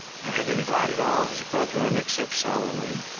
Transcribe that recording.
and had invited all his brethren except solomon,